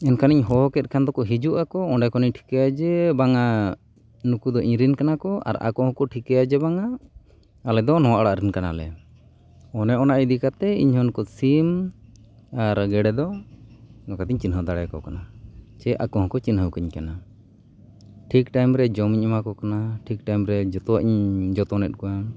ᱢᱮᱱᱠᱷᱟᱱᱤᱧ ᱦᱚᱦᱚ ᱠᱮᱫ ᱠᱷᱟᱱ ᱫᱚᱠᱚ ᱦᱤᱡᱩᱜ ᱟᱠᱚ ᱚᱸᱰᱮ ᱠᱷᱚᱱᱤᱧ ᱴᱷᱤᱠᱟᱹᱭᱟ ᱵᱟᱝᱟ ᱱᱩᱠᱩ ᱫᱚ ᱤᱧᱨᱮᱱ ᱠᱟᱱᱟ ᱠᱚ ᱟᱨ ᱦᱚᱸᱠᱚ ᱴᱷᱤᱠᱟᱹᱭᱟ ᱵᱟᱝᱟ ᱟᱞᱮ ᱫᱚ ᱱᱚᱣᱟ ᱚᱲᱟᱜ ᱨᱮᱱ ᱠᱟᱱᱟᱞᱮ ᱚᱱᱮ ᱚᱱᱟ ᱤᱫᱤ ᱠᱟᱛᱮᱫ ᱤᱧᱦᱚᱸ ᱚᱱᱟ ᱥᱤᱢ ᱟᱨ ᱜᱮᱰᱮ ᱫᱚ ᱱᱚᱝᱠᱟ ᱛᱤᱧ ᱪᱤᱱᱦᱟᱹᱣ ᱫᱟᱲᱮᱭᱟᱠᱚ ᱠᱟᱱᱟ ᱪᱮ ᱟᱠᱚ ᱦᱚᱸᱠᱚ ᱪᱤᱱᱦᱟᱹᱣ ᱠᱟᱹᱧ ᱠᱟᱱᱟ ᱴᱷᱤᱠ ᱴᱟᱭᱤᱢ ᱨᱮ ᱡᱚᱢᱤᱧ ᱮᱢᱟ ᱠᱚ ᱠᱟᱱᱟ ᱴᱷᱤᱠ ᱴᱟᱭᱤᱢ ᱨᱮ ᱡᱚᱛᱚᱣᱟᱜ ᱤᱧ ᱡᱚᱛᱚᱱᱮᱜ ᱠᱚᱣᱟ